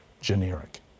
generic